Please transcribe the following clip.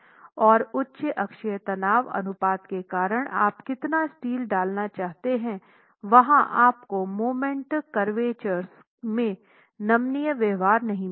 और उच्च अक्षीय तनाव अनुपात के कारण आप कितना स्टील डालना चाहते हैं वहां आपको मोमेंट करवटर्स में नमनीय व्यवहार नहीं मिलेगा